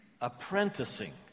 apprenticing